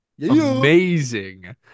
Amazing